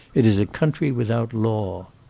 it is a country without law.